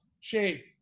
shape